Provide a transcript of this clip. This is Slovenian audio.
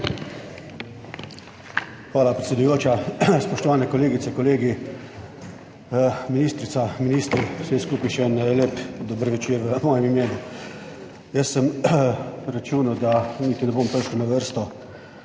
Hvala predsedujoč. Spoštovane kolegice, kolegi, ministrica, ministri, vsi skupaj, še en lep dober večer v mojem imenu. Jaz sem računal, da niti ne bom prišel na vrsto,